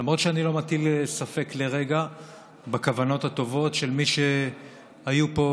למרות שאני לא מטיל ספק לרגע בכוונות הטובות של מי שהיו פה,